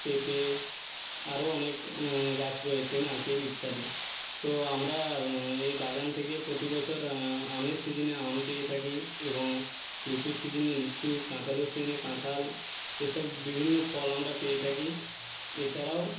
পেঁপে আরও অনেক গাছ রয়েছে নারকেল ইত্যাদি তো আমরা এই বাগান থেকে প্রতি বছর আমের সিজনে আম পেয়ে থাকি এবং লিচুর সিজনে লিচু কাঁঠালের সিজনে কাঁঠাল এসব বিভিন্ন ফল আমরা পেয়ে থাকি এছাড়াও